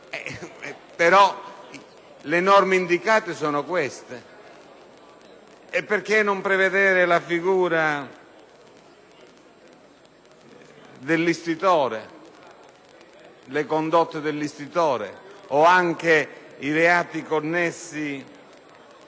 perole norme indicate sono queste. Per quale motivo non prevedere la figura dell’institore, le condotte dell’institore o anche i reati connessi